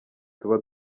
tuba